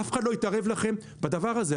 אף אחד לא יתערב לכם בדבר הזה,